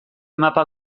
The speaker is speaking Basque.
mapa